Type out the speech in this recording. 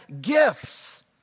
gifts